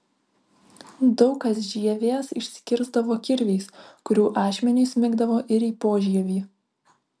daug kas žievės išsikirsdavo kirviais kurių ašmenys smigdavo ir į požievį